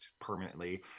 permanently